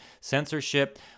censorship